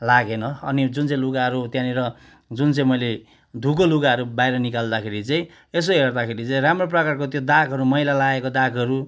लागेन अनि जुन चाहिँ लुगाहरू त्यहाँनिर जुन चाहिँ मैले धोएको लुगाहरू बाहिर निकाल्दाखेरि चाहिँ यसो हेर्दाखेरि चाहिँ राम्रो प्रकारको त्यो दागहरू मैला लागेको दागहरू